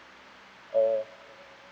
oh